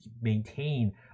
maintain